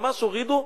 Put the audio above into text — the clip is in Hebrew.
ממש הורידו,